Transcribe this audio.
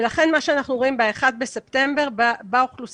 ולכן את מה שאנחנו רואים ב-1 בספטמבר באוכלוסייה